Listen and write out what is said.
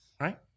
right